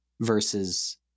versus